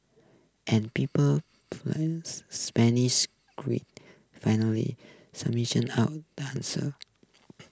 and people Spanish finally out the answer